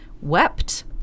wept